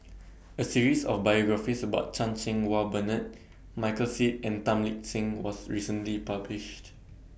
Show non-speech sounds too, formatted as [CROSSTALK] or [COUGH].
[NOISE] A series of biographies about Chan Cheng Wah Bernard Michael Seet and Tan Lip Seng was recently published